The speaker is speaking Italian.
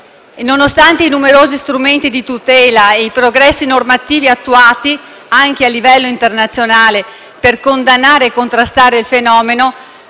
Nonostante i numerosi strumenti di tutela e i progressi normativi attuati, anche a livello internazionale, per condannare e contrastare il fenomeno,